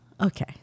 Okay